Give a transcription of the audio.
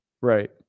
right